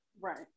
Right